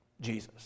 Jesus